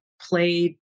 played